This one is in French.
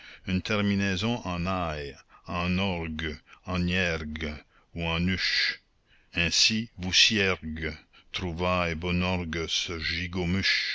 une terminaison en aille en orgue en iergue ou en uche ainsi vousiergue trouvaille bonorgue ce gigotmuche